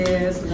Yes